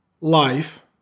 life